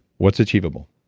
what's achievable?